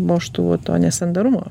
vožtuvų nesandarumo